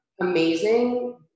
amazing